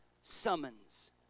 summons